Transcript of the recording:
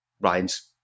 Ryan's